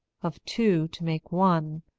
of two to make one,